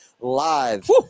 live